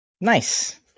Nice